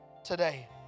Today